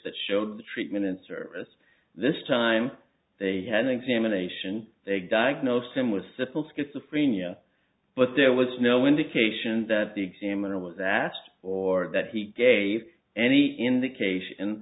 that show the treatment and service this time they had an examination they diagnosed him with that or schizophrenia but there was no indication that the examiner was asked or that he gave any indication